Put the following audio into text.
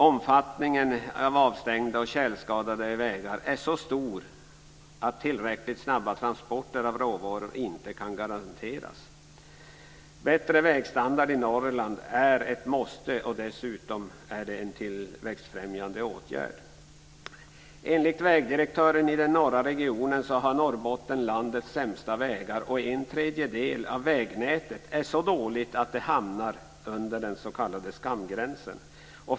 Omfattningen av avstängda och tjälskadade vägar är så stor att tillräckligt snabba transporter av råvaror inte kan garanteras. Bättre vägstandard i Norrland är ett måste. Det är dessutom en tillväxtfrämjande åtgärd. Norrbotten landets sämsta vägar. En tredjedel av vägnätet är så dåligt att det hamnar under den s.k. skamgränsen.